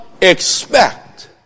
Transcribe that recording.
Expect